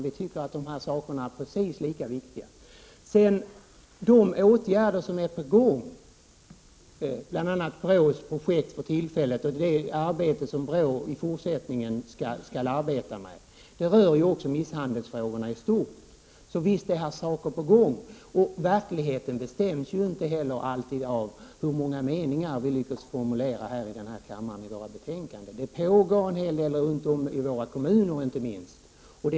Vi tycker att frågorna är precis lika viktiga nu. BRÅ:s arbete och det projekt som BRÅ i fortsättningen skall arbeta med rör också misshandelsfrågorna i stort. Så visst är här saker på gång. Verkligheten bestäms ju inte heller av hur många meningar vi lyckas formulera i utskottsbetänkanden. Det pågår en hel del, inte minst runt om i kommunerna.